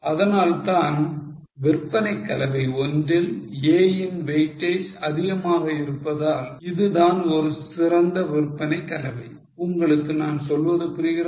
அதனால்தான் விற்பனை கலவை 1 இல் A யின் weightage அதிகமாக இருப்பதால் இதுதான் ஒரு சிறந்த விற்பனை கலவை உங்களுக்கு நான் சொல்வது புரிகிறதா